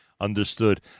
Understood